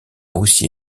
aussi